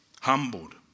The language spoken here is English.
Humbled